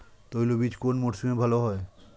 তৈলবীজ কোন মরশুমে ভাল হয়?